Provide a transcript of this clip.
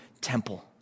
temple